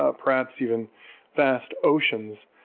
ah perhaps even vast oceans,